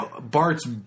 Bart's